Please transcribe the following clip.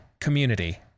community